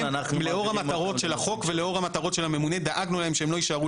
לאור המטרות של החוק ולאור המטרות של הממונה דאגנו להם שהם לא יישארו